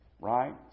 right